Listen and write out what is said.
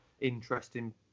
interesting